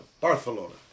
Barcelona